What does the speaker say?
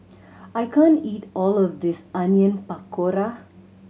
I can't eat all of this Onion Pakora